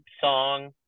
song